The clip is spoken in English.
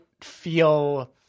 feel